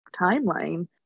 timeline